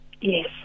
Yes